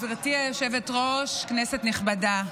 גברתי היושבת-ראש, כנסת נכבדה,